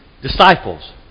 disciples